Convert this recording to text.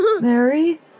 mary